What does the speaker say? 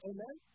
Amen